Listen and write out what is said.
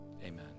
Amen